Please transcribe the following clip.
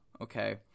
okay